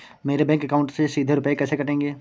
मेरे bank account से सीधे रुपए कैसे कटेंगे?